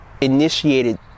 initiated